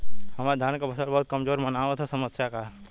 हमरे धान क फसल बहुत कमजोर मनावत ह समस्या का ह?